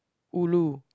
ulu